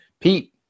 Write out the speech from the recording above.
Pete